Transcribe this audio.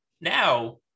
now